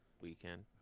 weekend